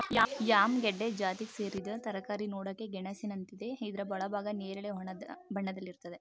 yam ಗೆಡ್ಡೆ ಜಾತಿಗ್ ಸೇರಿದ್ ತರಕಾರಿ ನೋಡಕೆ ಗೆಣಸಿನಂತಿದೆ ಇದ್ರ ಒಳಭಾಗ ನೇರಳೆ ಬಣ್ಣದಲ್ಲಿರ್ತದೆ